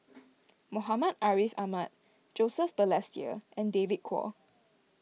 Muhammad Ariff Ahmad Joseph Balestier and David Kwo